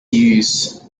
use